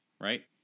right